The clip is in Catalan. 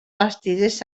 bastides